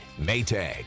Maytag